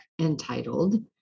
entitled